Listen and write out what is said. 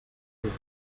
group